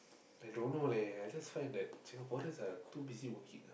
I don't know leh I just find that Singaporeans are too busy working